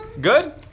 good